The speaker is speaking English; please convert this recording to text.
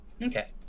Okay